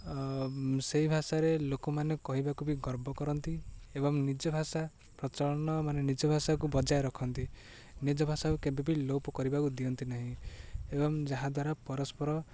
ସେଇ ଭାଷାରେ ଲୋକମାନେ କହିବାକୁ ବି ଗର୍ବ କରନ୍ତି ଏବଂ ନିଜ ଭାଷା ପ୍ରଚଳନ ମାନେ ନିଜ ଭାଷାକୁ ବଜାୟ ରଖନ୍ତି ନିଜ ଭାଷାକୁ କେବେ ବି ଲୋପ କରିବାକୁ ଦିଅନ୍ତି ନାହିଁ ଏବଂ ଯାହାଦ୍ୱାରା ପରସ୍ପର